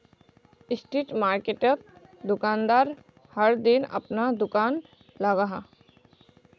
street मार्किटोत दुकानदार हर दिन अपना दूकान लगाहा